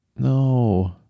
No